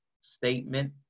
statement